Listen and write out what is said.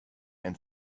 and